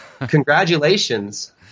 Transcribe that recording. congratulations